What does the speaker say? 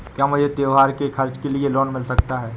क्या मुझे त्योहार के खर्च के लिए लोन मिल सकता है?